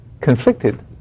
conflicted